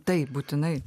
taip būtinai